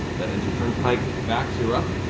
that ends your turn, pike. vax, you're up.